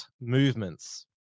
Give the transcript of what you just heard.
movements